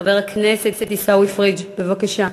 חבר הכנסת עיסאווי פריג', בבקשה.